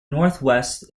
northwest